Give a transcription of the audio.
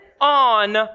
on